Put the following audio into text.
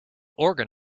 organ